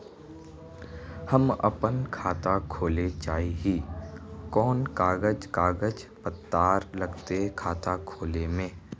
हम अपन खाता खोले चाहे ही कोन कागज कागज पत्तार लगते खाता खोले में?